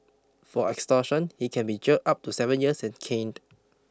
for extortion he can be jailed up to seven years and caned